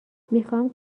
میخواهم